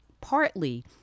partly